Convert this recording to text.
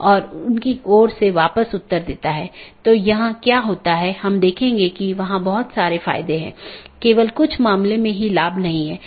और फिर दूसरा एक जीवित है जो यह कहता है कि सहकर्मी उपलब्ध हैं या नहीं यह निर्धारित करने के लिए कि क्या हमारे पास वे सब चीजें हैं